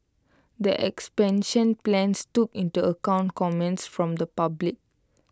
the expansion plans took into account comments from the public